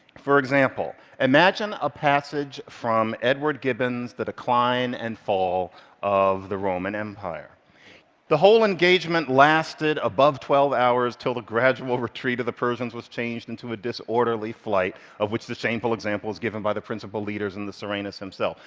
for example, imagine a passage from edward gibbon's the decline and fall of the roman empire the whole engagement lasted above twelve hours, till the graduate retreat of the persians was changed into a disorderly flight, of which the shameful example was given by the principal leaders and the surenas himself.